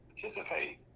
participate